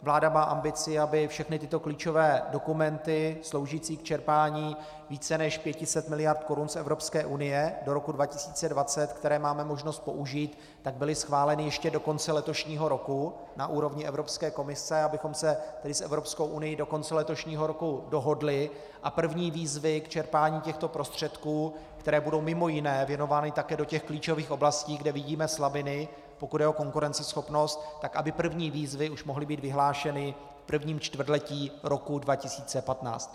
Vláda má ambici, aby všechny tyto klíčové dokumenty sloužící k čerpání více než 500 miliard korun z Evropské unie do roku 2020, které máme možnost použít, byly schváleny ještě do konce letošního roku na úrovni Evropské komise, abychom se s Evropskou unii do konce letošního roku dohodli, a aby první výzvy k čerpání těchto prostředků, které budou mimo jiné věnovány také do těch klíčových oblastí, kde vidíme slabiny, pokud jde o konkurenceschopnost, mohly být vyhlášeny už v 1. čtvrtletí roku 2015.